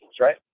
right